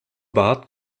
barth